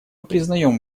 признаем